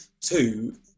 Two